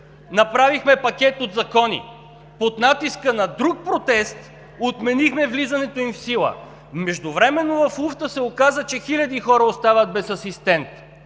направихме пакет от закони; под натиска на друг протест отменихме влизането им в сила. Междувременно в луфта се оказа, че хиляди хора остават без асистент,